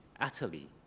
utterly